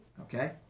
Okay